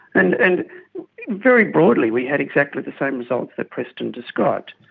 and and very broadly we had exactly the same results that preston described.